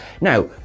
now